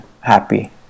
happy